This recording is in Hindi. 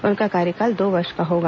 उनका कार्यकाल दो वर्ष का होगा